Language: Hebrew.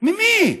ממי?